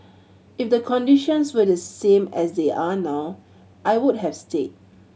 if the conditions were the same as they are now I would have stayed